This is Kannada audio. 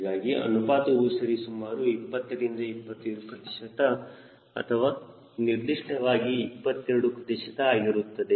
ಹೀಗಾಗಿ ಅನುಪಾತವು ಸರಿಸುಮಾರು 20 ರಿಂದ 25 ಪ್ರತಿಶತ ಅಥವಾ ನಿರ್ದಿಷ್ಟವಾಗಿ 22 ಪ್ರತಿಶತ ಆಗಿರುತ್ತದೆ